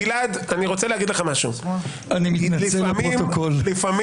גינית את רוצחי משפחת די?